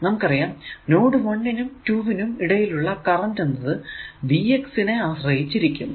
നമുക്കറിയാം നോഡ് 1 നും 2 നും ഇടയിലൂടെ ഉള്ള കറന്റ് എന്നത് Vx നെ ആശ്രയിച്ചിരിക്കുന്നു